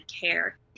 care